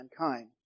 mankind